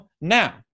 now